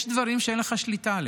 יש דברים שאין לך שליטה עליהם.